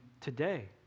today